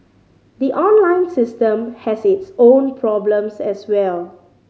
the online system has its own problems as well